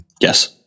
Yes